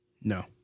no